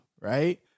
right